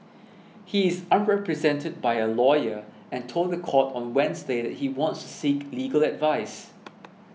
he is unrepresented by a lawyer and told the court on Wednesday that he wants to seek legal advice